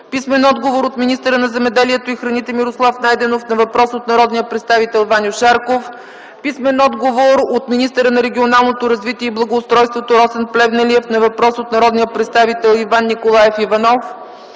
Цветан Костов; - от министъра на земеделието и храните Мирослав Найденов на въпрос от народния представител Ваньо Шарков; - от министъра на регионалното развитие и благоустройството Росен Плевнелиев на въпрос от народния представител Иван Николаев Иванов;